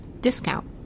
discount